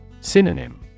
Synonym